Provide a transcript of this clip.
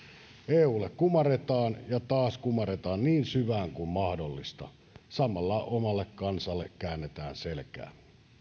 eulle kumarretaan ja taas kumarretaan niin syvään kuin mahdollista samalla omalle kansalle käännetään selkää